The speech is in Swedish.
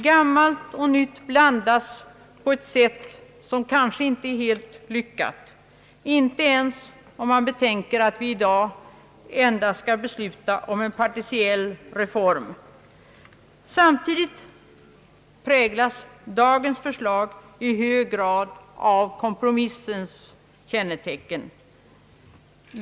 Gammalt och nytt blandas på ett sätt som kanske inte är helt lyckat, inte ens om man betänker att vi i dag endast skall besluta om en partiell reform. Samtidigt bär dagens förslag i hög grad kompromissens kännetecken.